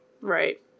Right